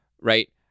right